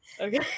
Okay